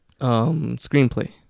Screenplay